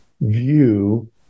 view